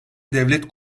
devlet